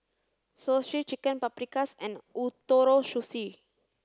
Zosui Chicken Paprikas and Ootoro Sushi